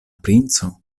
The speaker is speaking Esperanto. princo